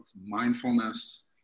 mindfulness